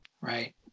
right